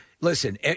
listen